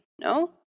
no